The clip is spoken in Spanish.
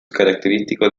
característicos